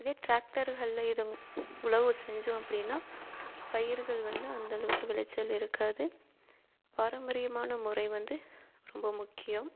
இதே டிராக்டர்களில் இது உழவு செஞ்சோம் அப்படின்னா பயிருகள் வந்து அந்த அளவுக்கு விளைச்சல் இருக்காது பாரம்பரியமான முறை வந்து ரொம்ப முக்கியம்